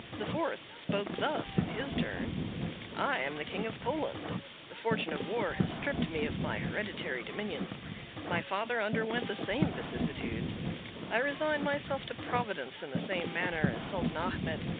the fourth spoke thus in his turn i am the king of poland the fortune of war has stripped me of my hereditary dominions my father underwent the same vicissitudes i resign myself to providence in the same manner as sultan achmet,